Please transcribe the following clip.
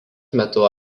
metu